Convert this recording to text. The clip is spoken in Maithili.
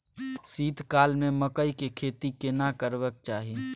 शीत काल में मकई के खेती केना करबा के चाही?